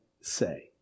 say